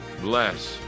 bless